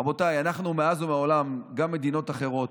רבותיי, אנחנו מאז ומעולם, גם מדינות אחרות,